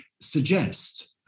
suggest